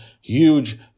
huge